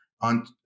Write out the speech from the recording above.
on